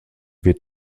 wird